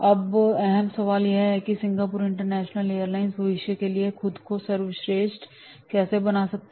अब अहम सवाल यह है कि सिंगापुर इंटरनेशनल एयरलाइंस भविष्य के लिए खुद को सर्वश्रेष्ठ कैसे बना सकती है